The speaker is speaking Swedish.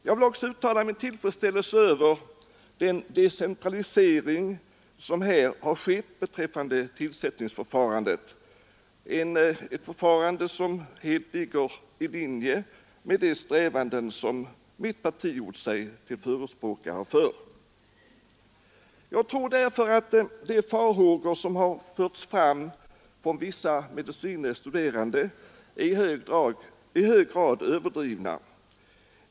Jag vill därför uttala min tillfredsställelse över den decentralisering som skett när det gäller tillsättningsförfarandet och som ligger helt i linje med de strävanden mitt parti har gjort sig till förespråkare för. Därför tror jag också att de farhågor som har förts fram från vissa medicine studerande är i hög grad överdrivna.